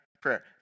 prayer